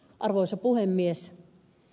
arvoisa puhemies